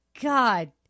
God